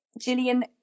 Gillian